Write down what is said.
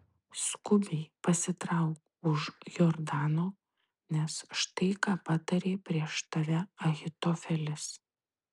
skubiai pasitrauk už jordano nes štai ką patarė prieš tave ahitofelis